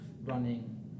running